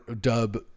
dub